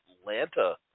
Atlanta